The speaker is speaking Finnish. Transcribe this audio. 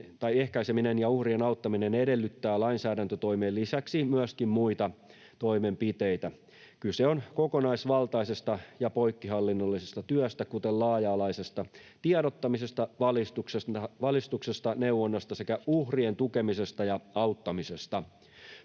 ehkäiseminen ja uhrien auttaminen edellyttää lainsäädäntötoimien lisäksi myöskin muita toimenpiteitä. Kyse on kokonaisvaltaisesta ja poikkihallinnollisesta työstä, kuten laaja-alaisesta tiedottamisesta, valistuksesta, neuvonnasta sekä uhrien tukemisesta ja auttamisesta.